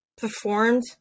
performed